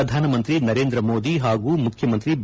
ಪ್ರಧಾನಮಂತ್ರಿ ನರೇಂದ್ರ ಮೋದಿ ಹಾಗೂ ಮುಖ್ಯಮಂತ್ರಿ ಬಿ